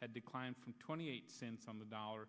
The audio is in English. had declined from twenty eight cents on the dollar